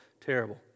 terrible